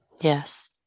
yes